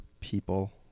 people